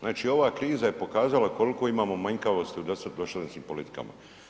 Znači ova kriza je pokazala koliko imamo manjkavosti u dosadašnjim politikama.